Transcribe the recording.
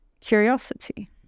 curiosity